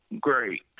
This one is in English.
great